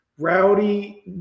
Rowdy